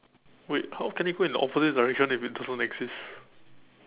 wait how can it go in the opposite direction if it doesn't exist